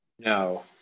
No